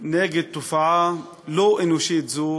נגד תופעה לא אנושית זו